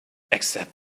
except